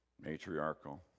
matriarchal